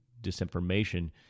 disinformation